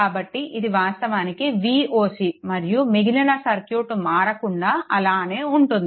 కాబట్టి ఇది వాస్తవానికి Voc మరియు మిగిలిన సర్క్యూట్ మారకుండా అలానే ఉంటుంది